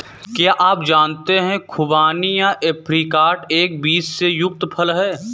क्या आप जानते है खुबानी या ऐप्रिकॉट एक बीज से युक्त फल है?